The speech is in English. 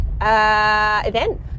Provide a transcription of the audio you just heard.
event